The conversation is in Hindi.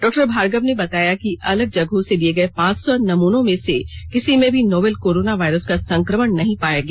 डॉक्टर भार्गव ने बताया कि अलग जगहों से लिये गये पांच सौ नमूनों में से किसी में भी नोवल कोरोना वायरस का संक्रमण नहीं पाया गया